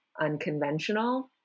unconventional